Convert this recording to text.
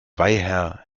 weiher